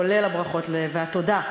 כולל הברכות והתודה,